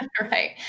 Right